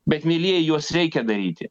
bet mielieji juos reikia daryti